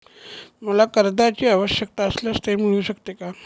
मला कर्जांची आवश्यकता असल्यास ते मिळू शकते का?